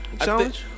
challenge